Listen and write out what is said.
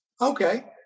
Okay